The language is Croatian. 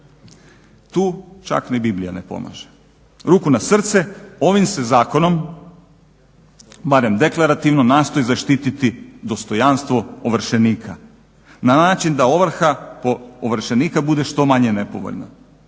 Tu čak ni Biblija ne pomaže. Ruku na srce ovim se zakonom barem deklarativno nastoji zaštititi dostojanstvo ovršenika na način da ovrha po ovršenika bude što manje nepovoljna,